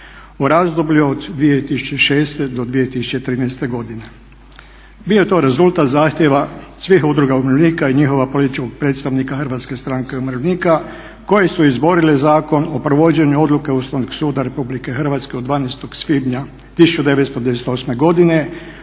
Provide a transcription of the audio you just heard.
u razdoblju od 2006. do 2013 godine. Bio je to rezultat zahtjeva svih udruga umirovljenika i njihova političkog predstavnika Hrvatske stranke umirovljenika koje su izborile Zakon o provođenju odluke Ustavnog suda Republike Hrvatske od 12. svibnja 1998. kojim